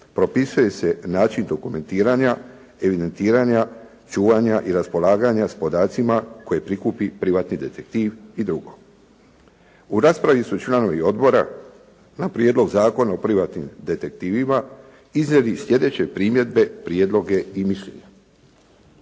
propisuje se način evidentiranja, čuvanja i raspolaganja sa podacima koje prikupi privatni detektiv i drugo. U raspravi su članovi odbora na Prijedlog zakona o privatnim detektivima izveli sljedeće primjedbe, prijedloge i mišljenja.